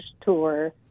tour